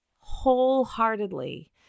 wholeheartedly